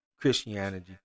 Christianity